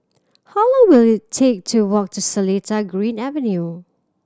how long will it take to walk to Seletar Green Avenue